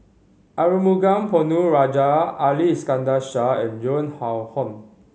Arumugam Ponnu Rajah Ali Iskandar Shah and Joan Hon